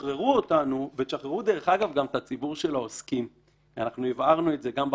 שאלה שיותר ברורה לאבחנה כי יש בה משהו מבני